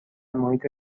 محیط